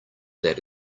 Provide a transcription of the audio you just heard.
that